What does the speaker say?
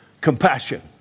compassion